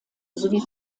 sowie